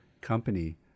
Company